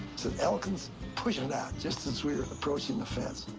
so elkins pushed em out just as we were approaching the fence.